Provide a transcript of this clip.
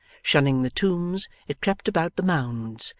shunning the tombs, it crept about the mounds,